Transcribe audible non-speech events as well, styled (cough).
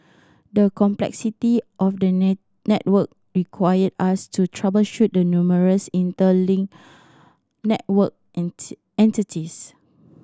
the complexity of the net network required us to troubleshoot the numerous interlinked network (unintelligible) entities